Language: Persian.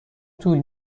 طول